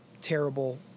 terrible